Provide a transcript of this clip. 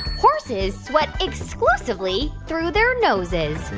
horses sweat exclusively through their noses?